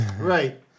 Right